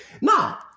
now